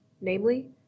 namely